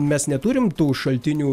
mes neturim tų šaltinių